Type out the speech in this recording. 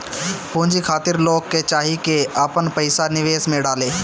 पूंजी खातिर लोग के चाही की आपन पईसा निवेश में डाले